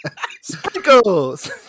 Sprinkles